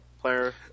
player